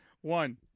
one